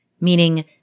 meaning